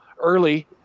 early